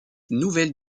nouvelles